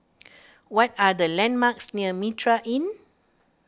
what are the landmarks near Mitraa Inn